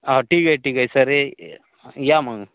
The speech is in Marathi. हा ठीक आहे ठीक आहे सरे या मग